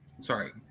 Sorry